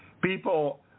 People